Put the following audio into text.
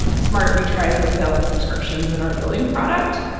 smart retries of failed subscriptions in our billing product.